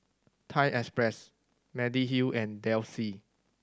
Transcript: Thai Express Mediheal and Delsey